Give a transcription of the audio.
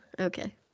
okay